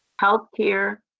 healthcare